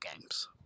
games